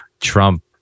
trump